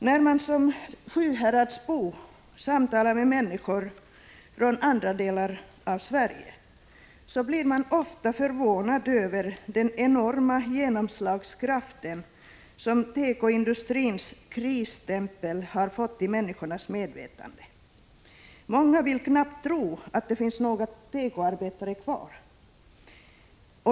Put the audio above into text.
När man som sjuhäradsbo samtalar med människor från andra delar av Sverige, blir man ofta förvånad över den enorma genomslagskraft som tekoindustrins krisstämpel har fått i människornas medvetande. Många har för sig att det inte finns några tekoarbetare kvar.